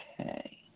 Okay